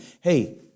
hey